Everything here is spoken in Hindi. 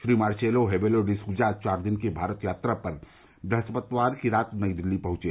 Shri Marcelo Rebelo de Sousa चार दिन की भारत यात्रा पर ब्रहस्पति की रात नई दिल्ली पहचे